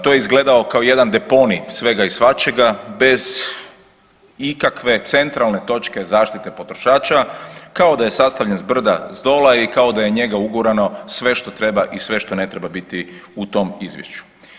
To je izgledao kao jedan deponij svega i svačega bez ikakve centralne točke zaštite potrošača kao da je sastavljen s brda, s dola i kao da je u njega ugurano sve što treba i sve što ne treba biti u tom izvješću.